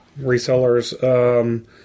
resellers